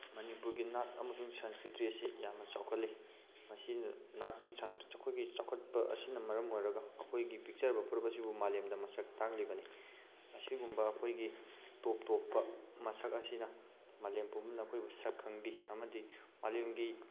ꯃꯅꯤꯄꯨꯔꯒꯤ ꯅꯥꯠ ꯑꯃꯁꯨꯡ ꯁꯪꯁꯀ꯭ꯔꯤꯇꯤ ꯑꯁꯤ ꯌꯥꯝꯅ ꯆꯥꯎꯈꯠꯂꯤ ꯉꯁꯤ ꯅꯥꯠꯀꯤ ꯑꯩꯈꯣꯏꯒꯤ ꯆꯥꯎꯈꯠꯄ ꯑꯁꯤꯅ ꯃꯔꯝ ꯑꯣꯏꯔꯒ ꯑꯩꯈꯣꯏꯒꯤ ꯄꯤꯛꯆꯕ ꯐꯨꯔꯨꯞ ꯑꯁꯤꯕꯨ ꯃꯥꯂꯦꯝꯗ ꯃꯁꯛ ꯇꯥꯛꯂꯤꯕꯅꯤ ꯑꯁꯤꯒꯨꯝꯕ ꯑꯩꯈꯣꯏꯒꯤ ꯇꯣꯞ ꯇꯣꯞꯄ ꯃꯁꯛ ꯑꯁꯤꯅ ꯃꯥꯂꯦꯝ ꯄꯨꯝꯕꯅ ꯑꯩꯈꯣꯏꯕꯨ ꯁꯛ ꯈꯪꯕꯤ ꯑꯃꯗꯤ ꯃꯥꯂꯦꯝꯒꯤ